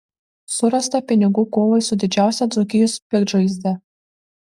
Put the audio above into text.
surasta pinigų kovai su didžiausia dzūkijos piktžaizde